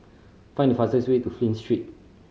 find the fastest way to Flint Street